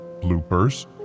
bloopers